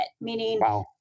meaning